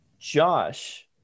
Josh